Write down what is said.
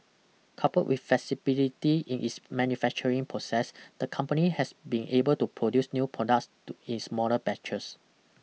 coupled with flexibility in its manufacturing process the company has been able to produce new products to in smaller batches